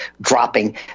dropping